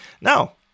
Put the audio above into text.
Now